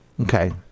Okay